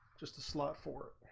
just slow for